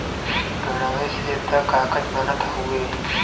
पेड़वे से त कागज बनत हउवे